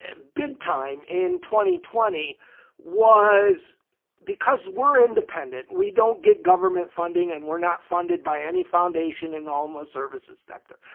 ah big time in twenty twenty was because we're independent. we don't get government funding and we're not funded by any foundation in the homeless services sector.